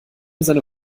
seine